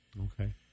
Okay